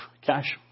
cash